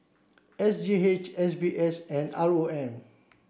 S G H S B S and R O M